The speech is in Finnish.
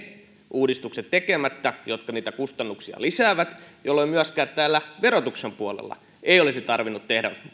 uudistukset tekemättä jotka niitä kustannuksia lisäävät jolloin myöskään verotuksen puolella ei olisi tarvinnut tehdä